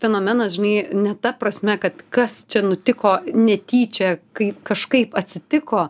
fenomenas žinai ne ta prasme kad kas čia nutiko netyčia kai kažkaip atsitiko